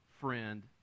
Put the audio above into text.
friend